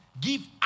give